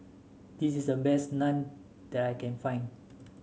this is the best naan that I can find